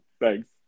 thanks